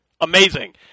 Amazing